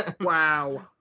Wow